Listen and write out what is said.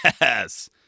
Yes